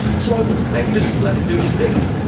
so, maybe just let it do it's thing?